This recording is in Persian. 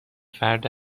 فرد